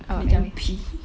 kena jampi